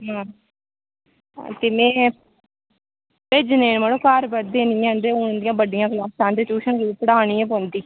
हां ते में भेजने न मड़ो घर पढ़दे निं हैन ते हून इंदियां बड्डियां क्लासां न ते ट्यूशन ते पढ़ानी गै पौंदी